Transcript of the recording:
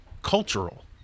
cultural